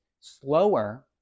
slower